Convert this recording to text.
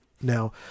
Now